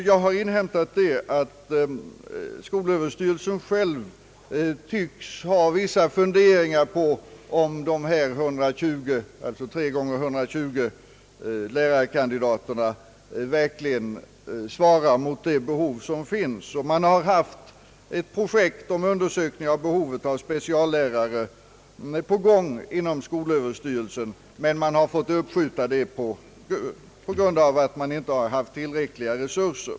Jag har inhämtat att skolöverstyrelsen själv tycks ha vissa funderingar på om de här 120 — alltså tre gånger 120 — lärarkandidaterna verkligen svarar mot det behov som finns. Man har haft en undersökning av behovet av speciallärare på gång inom skolöverstyrelsen, men man har fått uppskjuta den på grund av otillräckliga resurser.